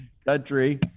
country